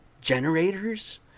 generators